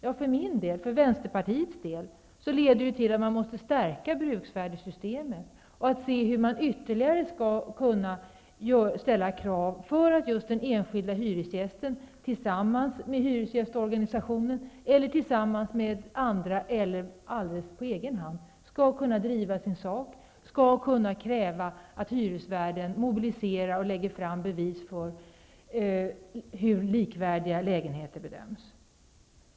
Jo, för min och Vänsterpartiets del leder det till att bruksvärdessystemet måste förstärkas och till att man bör se efter vilka ytterligare krav som kan ställas för att den enskilde hyresgästen tillsammans med hyresgästorganisationen, tillsammans med andra eller alldeles på egen hand skall kunna driva sin sak och kräva att hyresvärden mobiliserar och lägger fram bevis för hur likvärdiga lägenheter bedöms.